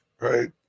right